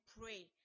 pray